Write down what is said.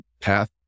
path